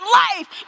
life